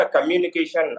communication